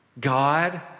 God